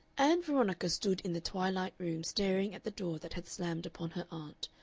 ann veronica stood in the twilight room staring at the door that had slammed upon her aunt,